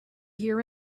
hear